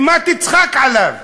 במה תצחק עליו?